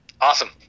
Awesome